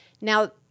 Now